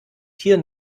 tier